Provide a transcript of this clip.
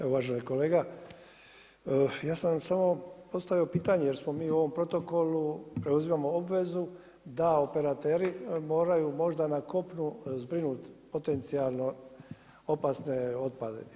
Evo uvaženi kolega, ja sam samo postavio pitanje jer mi u ovom protokolu preuzimamo obvezu da operateri moraju možda na kopnu zbrinuti potencijalno opasne otpade.